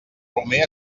romer